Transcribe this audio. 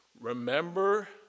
Remember